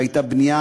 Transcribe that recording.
והייתה בנייה,